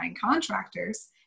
contractors